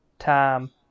Time